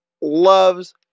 loves